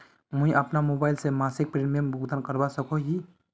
मुई अपना मोबाईल से मासिक प्रीमियमेर भुगतान करवा सकोहो ही?